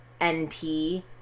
np